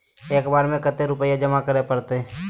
एक बार में कते रुपया जमा करे परते?